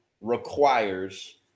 requires